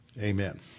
Amen